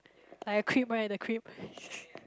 like a creep right a creep